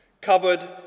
covered